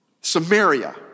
Samaria